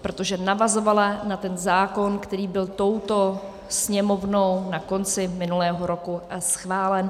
Protože navazovala na zákon, který byl touto Sněmovnou na konci minulého roku schválen.